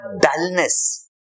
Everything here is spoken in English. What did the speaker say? dullness